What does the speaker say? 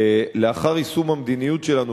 לאחר יישום המדיניות שלנו,